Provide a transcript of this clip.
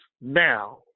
Now